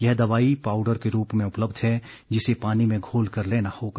यह दवाई पाउडर के रूप में उपलब्ध है जिसे पानी में घोलकर लेना होगा